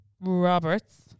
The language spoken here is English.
Roberts